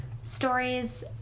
stories